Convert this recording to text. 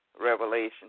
Revelation